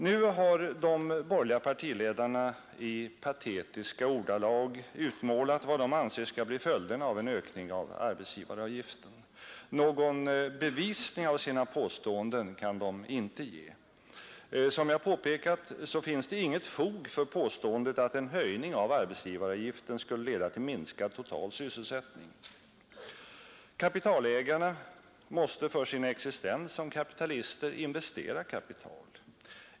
Nu har de borgerliga partiledarna i patetiska ordalag utmålat vad de anser skall bli följderna av en ökning av arbetsgivaravgiften. Någon bevisning av sina påståenden kan de inte ge. Som jag påpekat finns det inget fog för påståendet att en höjning av arbetsgivaravgiften skulle leda till minskad total sysselsättning. Kapitalägarna måste för sin existens som kapitalister investera kapital.